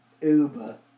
Uber